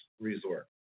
resort